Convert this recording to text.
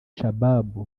shabaab